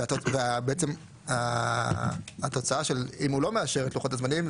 ואם הוא לא מאשר את לוחות הזמנים,